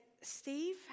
Steve